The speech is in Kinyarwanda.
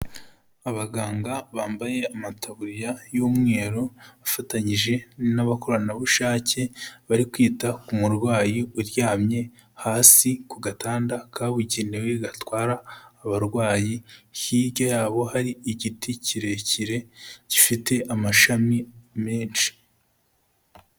Abaganga bambaye amataburiya y'umweru bafatanyije n'abakoranabushake bari kwita ku murwayi uryamye hasi ku gatanda kabugenewe gatwara abarwayi, hirya yabo hari igiti kirekire gifite amashami menshi.